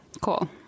Cool